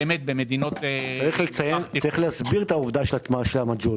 צריך להסביר את עניין תמר המג'הול.